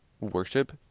worship